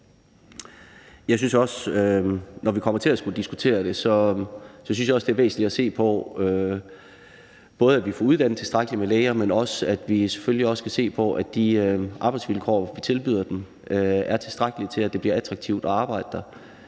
Når vi kommer til at skulle diskutere det, synes jeg også, det er væsentligt både at se på, at vi får uddannet tilstrækkeligt med læger, men selvfølgelig også se på, om de arbejdsvilkår, som vi tilbyder dem, er gode nok til, at det bliver et attraktivt arbejde.